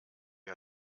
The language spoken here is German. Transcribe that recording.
ihr